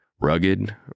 Rugged